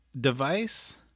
device